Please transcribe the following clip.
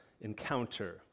encounter